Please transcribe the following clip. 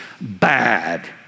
bad